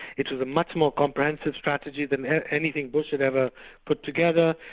it was a much more comprehensive strategy than than anything bush had ever put together.